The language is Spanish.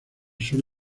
sur